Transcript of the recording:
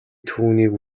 түүнийг